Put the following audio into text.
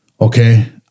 Okay